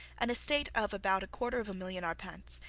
an estate of about a quarter of a million arpents,